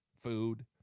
food